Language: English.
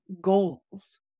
goals